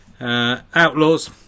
Outlaws